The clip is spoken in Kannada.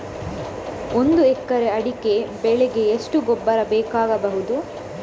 ಒಂದು ಎಕರೆ ಅಡಿಕೆ ಬೆಳೆಗೆ ಎಷ್ಟು ಗೊಬ್ಬರ ಬೇಕಾಗಬಹುದು?